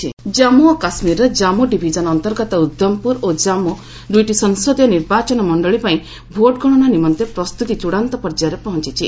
J&K counting Jammu ଓ କାଶ୍ମୀରର Jammu division ଅନ୍ତର୍ଗତ ଉଧମପୁର ଓ ଜାମ୍ପୁ ଦୁଇଟି ସଂସଦୀୟ ନିର୍ବାଚନ ମଣ୍ଡଳୀ ପାଇଁ ଭୋଟ ଗଣନା ନିମନ୍ତେ ପ୍ରସ୍ତୁତି ଚୂଡ଼ାନ୍ତ ପର୍ଯ୍ୟାୟରେ ପହଞ୍ଚିଛି